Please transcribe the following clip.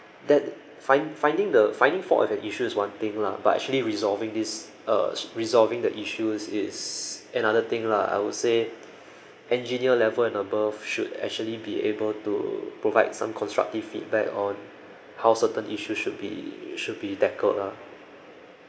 that find finding the finding fault of an issue is one thing lah but actually resolving this uh resolving the issues is another thing lah I would say engineer level and above should actually be able to provide some constructive feedback on how certain issues should be should be tackled ah